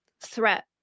threat